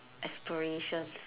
aspirations